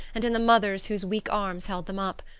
and in the mothers whose weak arms held them up.